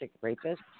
rapist